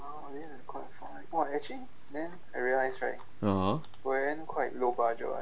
(uh huh)